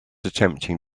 attempting